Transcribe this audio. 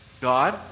God